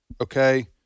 Okay